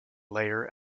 layer